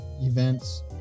events